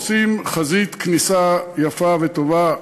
עושים חזית כניסה יפה וטובה,